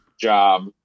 job